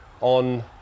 on